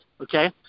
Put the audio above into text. okay